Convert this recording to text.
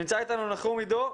נמצא איתנו נחום עידו,